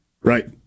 right